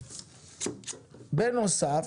בנוסף,